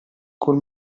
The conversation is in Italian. col